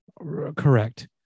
correct